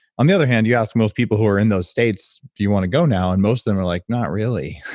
on the other hand, you ask most people who are in those states, do you want to go now? and most of them are like, not really.